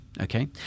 Okay